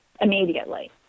immediately